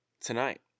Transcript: tonight